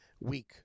week